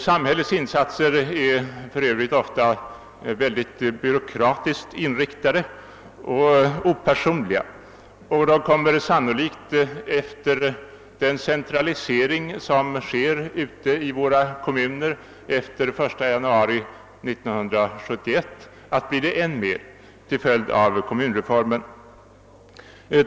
Samhällets insatser är för övrigt mycket ofta opersonliga och byråkratiskt inriktade, och efter den centralisering som sker i våra kommuner efter den 1 januari 1971 kommer den sannolikt att bli det ännu mera som en följd av kommunreformen.